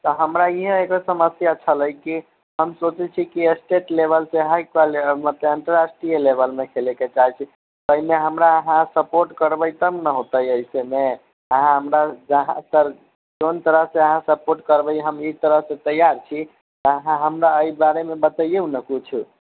तऽ हमरा ई अहाँके समस्या छलै कि हम सोचै छिए कि एस्टेट लेवलसँ हाइ मतलब अन्तर्राष्ट्रीय लेवलमे खेलैके चाहै छी एहिमे हमरा अहाँ सपोर्ट करबै तब नहि होतै एहिसेमे अहाँ हमरा जौन तरहसँ अहाँ सपोर्ट करबै हम ओहि तरहसँ तैआर छी अहाँ हमरा एहि बारेमे बतैऔ ने किछु